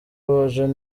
junior